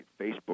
Facebook